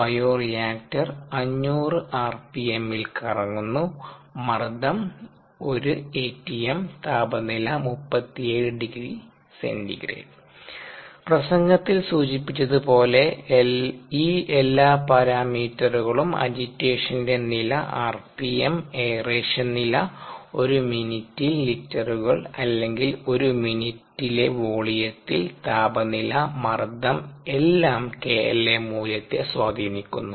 bioreactor 500 ആർപിഎമ്മിൽ കറങ്ങുന്നു മർദ്ദം 1 atm താപനില 370C പ്രസംഗത്തിൽ സൂചിപ്പിച്ചതുപോലെ ഈ എല്ലാ പാരാമീറ്ററുകളും അജിറ്റേഷൻറെ നില ആർപിഎം എയറേഷൻ നില ഒരു മിനിറ്റിൽ ലിറ്ററുകൾ അല്ലെങ്കിൽ ഒരു മിനിറ്റിലെ വോളിയത്തിൽ താപനില മർദ്ദം എല്ലാം kLa മൂല്യത്തെ സ്വാധീനിക്കുന്നു